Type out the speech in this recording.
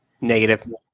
Negative